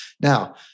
Now